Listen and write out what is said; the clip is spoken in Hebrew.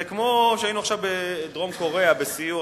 זה כמו שהיינו עכשיו בדרום-קוריאה בסיור,